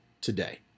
today